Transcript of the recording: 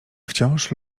wciąż